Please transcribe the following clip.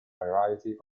variety